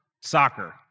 soccer